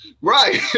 right